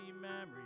memories